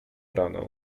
ranę